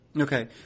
Okay